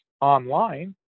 online